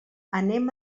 anem